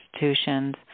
institutions